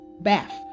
bath